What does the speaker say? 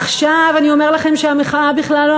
עכשיו אני אומר לכם שהמחאה בכלל לא